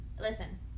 listen